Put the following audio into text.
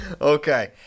Okay